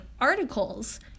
articles